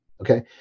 okay